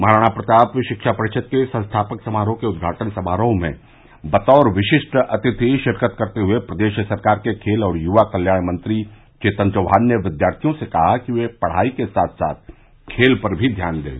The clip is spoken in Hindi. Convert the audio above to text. महाराणा प्रताप शिक्षा परिषद के संस्थापक समारोह के उद्घाटन समारोह में बतौर विशिष्ट अतिथि शिरकत करते हए प्रदेश सरकार के खेल और युवा कल्याण मंत्री चेतन चौहान ने विद्यार्थियों से कहा कि वह पढ़ाई के साथ साथ खेल पर भी ध्यान दें